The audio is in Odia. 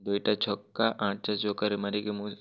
ଦୁଇ'ଟା ଛକା ଆଠ୍ ଛଅ ଚଉକାରେ ମାରିକି ମୁଁ